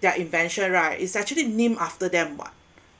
their invention right is actually named after them what